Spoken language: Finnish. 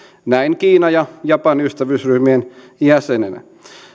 näin kiina ja japani ystävyysryhmien jäsenenä